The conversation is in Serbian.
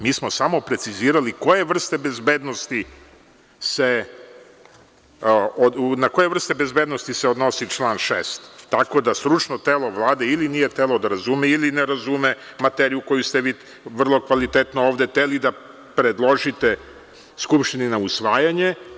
Mi smo samo precizirali na koje vrste bezbednosti se odnosi član 6, tako da stručno telo Vlade ili nije htelo da razume ili ne razume materiju koju ste vi vrlo kvalitetno ovde hteli da predložite Skupštini na usvajanje.